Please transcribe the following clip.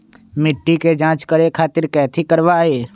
मिट्टी के जाँच करे खातिर कैथी करवाई?